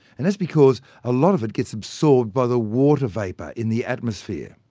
and that's because a lot of it gets absorbed by the water vapour in the atmosphere.